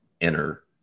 Enter